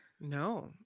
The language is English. No